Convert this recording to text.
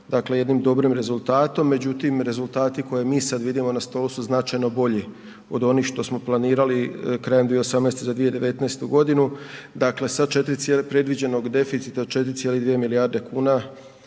jednim dobrim rezultatom. Međutim, rezultati koje mi sada vidimo na stolu su značajno bolji od onih što smo planirali krajem 2018. za 2019. godinu predviđenog deficita 4,2 milijarde kuna